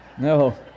No